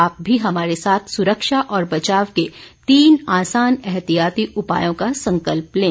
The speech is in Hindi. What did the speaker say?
आप भी हमारे साथ सुरक्षा और बचाव के तीन आसान एहतियाती उपायों का संकल्प लें